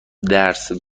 درس